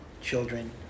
children